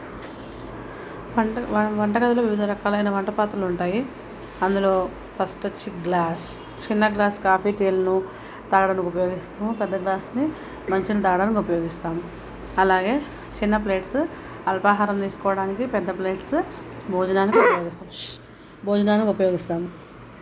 వంట వంట గదిలో వివిధ రకాలైన వంట పాత్రలు ఉంటాయి అందులో ఫస్ట్ వచ్చి గ్లాస్ చిన్న గ్లాస్ కాఫీ టీలను తాగడానికి ఉపయోగిస్తాము పెద్ద గ్లాస్ని మంచినీళ్ళు తాగడానికి ఉపయోగిస్తాము అలాగే చిన్న ప్లేట్సు అల్పాహారం తీసుకోవడానికి పెద్ద ప్లేట్సు భోజనానికి ఉపయోగిస్తాం భోజనానికి ఉపయోగిస్తాము